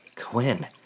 Quinn